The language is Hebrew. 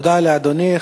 תודה לאדוני.